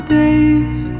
days